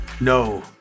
No